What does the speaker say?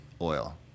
oil